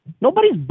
Nobody's